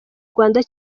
rwanda